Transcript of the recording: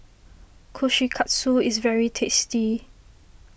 Kushikatsu is very tasty